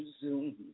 Zoom